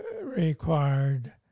required